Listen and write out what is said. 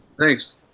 Thanks